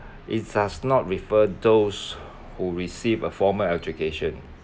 it does not refer those who receive a formal education